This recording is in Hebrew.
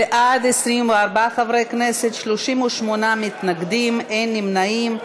בעד, 24 חברי כנסת, 38 מתנגדים, אין נמנעים.